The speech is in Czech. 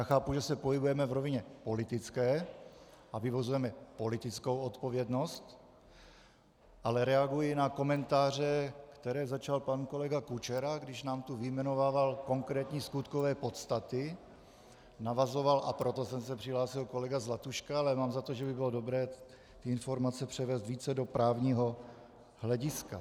Chápu, že se pohybujeme v rovině politické a vyvozujeme politickou odpovědnost, ale reaguji na komentáře, které začal pan kolega Kučera, když nám tu vyjmenovával konkrétní skutkové podstaty, navazoval, a proto jsem se přihlásil, kolega Zlatuška, ale mám za to, že by bylo dobré ty informace převést více do právního hlediska.